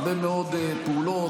הרבה מאוד פעולות.